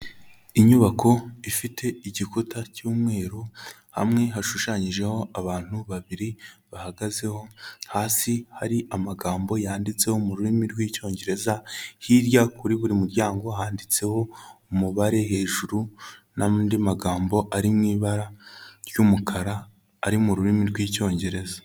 Inyubako ifite igikuta cy'umweru, hamwe hashushanyijeho abantu babiri bahagazeho, hasi hari amagambo yanditseho mu rurimi rw'icyongereza, hirya kuri buri muryango handitseho umubare hejuru, n'andi magambo ari mu ibara ry'umukara, ari mu rurimi rw'icyongereza.